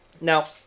Now